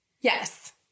yes